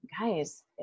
guys